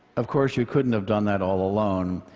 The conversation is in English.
of course, you couldn't have done that all alone.